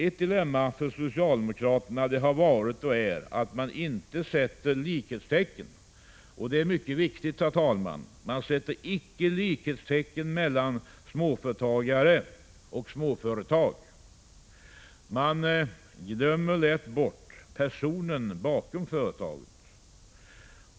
Ett dilemma för socialdemokraterna har varit och är att man inte sätter likhetstecken mellan småföretagare och småföretag, vilket är mycket viktigt. Man glömmer lätt bort personen bakom företaget.